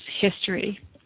history